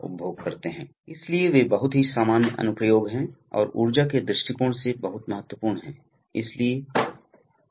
pneumatic compressors और उसके सामान की मुख्य तकनीकी विशेषताएं और दिशा नियंत्रण वाल्वों से परिचित होना चाहिए जिससे हमें न्यूमैटिक नियंत्रण प्रणाली का पहला मूल विचार मिलेगा